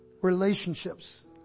relationships